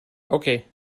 okay